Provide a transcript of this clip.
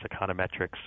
econometrics